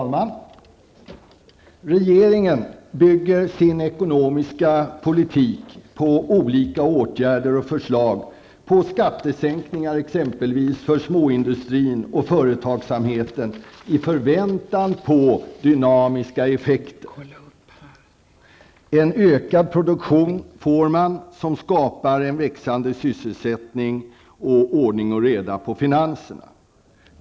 Fru talman! Regeringen bygger sin ekonomiska politik på olika åtgärder och förslag, t.ex. skattesänkningar för småindustrin och företagsamheten med en förväntan att det skall bli dynamiska effekter. En ökad produktion skapar en växande sysselsättning och ordning och reda på finanserna.